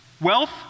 Wealth